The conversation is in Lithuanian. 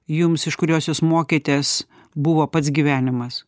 jums iš kurios jūs mokėtės buvo pats gyvenimas